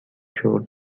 show